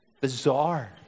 bizarre